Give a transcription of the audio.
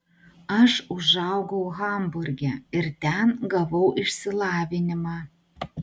aš užaugau hamburge ir ten gavau išsilavinimą